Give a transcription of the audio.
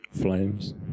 flames